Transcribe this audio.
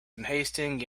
unhasting